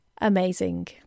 amazing